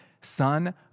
son